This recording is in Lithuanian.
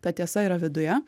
ta tiesa yra viduje